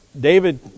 David